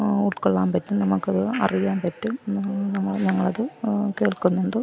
ഉൾക്കൊള്ളാൻ പറ്റും നമുക്കത് അറിയാൻ പറ്റും നമ്മൾ അത് കേൾക്കുന്നുണ്ട്